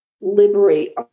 liberate